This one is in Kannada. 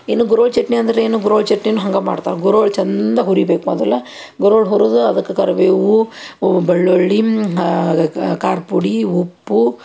ಇನ್ನು ಗುರೋಳ್ಳು ಚಟ್ನಿ ಅಂದ್ರೆ ಏನು ಗುರೋಳ್ಳು ಚಟ್ನಿನೂ ಹಂಗೆ ಮಾಡ್ತಾರೆ ಗುರೋಳ್ಳು ಚಂದ ಹುರಿಬೇಕು ಮೊದಲು ಗುರೋಳ್ಳು ಹುರಿದು ಅದಕ್ಕೆ ಕರಿಬೇವು ಬೆಳ್ಳುಳ್ಳಿ ಖಾರದ ಪುಡಿ ಉಪ್ಪು